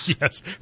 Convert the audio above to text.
Yes